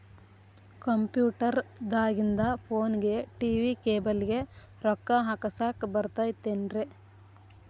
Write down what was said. Computer ದಾಗಿಂದ್ ಫೋನ್ಗೆ, TV cable ಗೆ, ರೊಕ್ಕಾ ಹಾಕಸಾಕ್ ಬರತೈತೇನ್ರೇ?